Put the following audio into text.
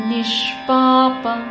Nishpapa